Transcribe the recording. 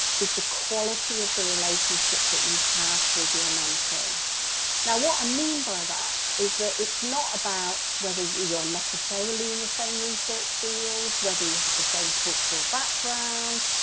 is the quality of the relationship that you have with your mentee now what i mean by that is that it's not about whether you're necessarily in the same research field, whether you have the same cultural background,